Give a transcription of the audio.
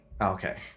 Okay